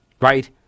Right